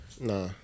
Nah